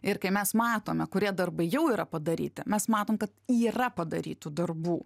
ir kai mes matome kurie darbai jau yra padaryti mes matom kad yra padarytų darbų